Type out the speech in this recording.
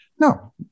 no